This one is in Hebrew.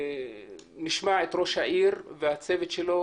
אנחנו נשמע את ראש העיר והצוות שלו,